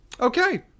Okay